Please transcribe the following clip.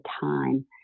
time